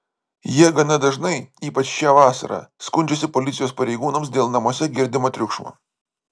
jie gana dažnai ypač šią vasarą skundžiasi policijos pareigūnams dėl namuose girdimo triukšmo